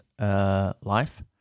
life